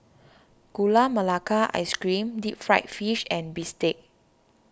Gula Melaka Ice Cream Deep Fried Fish and Bistake